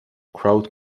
crowd